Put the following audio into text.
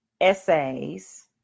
essays